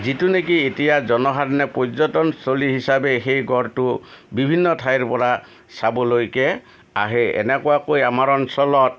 যিটো নেকি এতিয়া জনসাধাৰণে পৰ্যটন থলী হিচাপে সেই গড়টো বিভিন্ন ঠাইৰ পৰা চাবলৈকে আহে এনেকুৱাকে আমাৰ অঞ্চলত